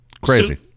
Crazy